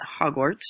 Hogwarts